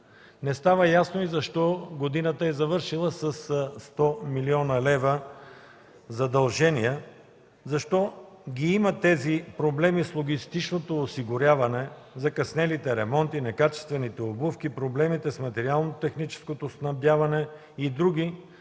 Не става ясно и защо годината е завършила със 100 млн. лв. задължения, защо ги има тези проблеми с логистичното осигуряване, закъснелите ремонти, некачествените обувки, проблемите с материалното-техническото снабдяване и други,